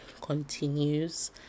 continues